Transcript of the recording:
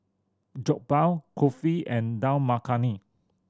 Jokbal Kulfi and Dal Makhani